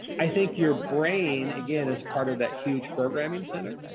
i think your brain, again, is part of that huge programming center.